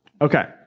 Okay